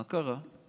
מה קרה?